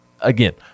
again